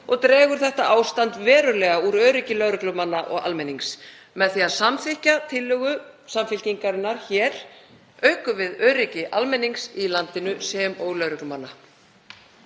og dregur það ástand verulega úr öryggi lögreglumanna og almennings. Með því að samþykkja tillögu Samfylkingarinnar hér aukum við öryggi almennings í landinu sem og lögreglumanna.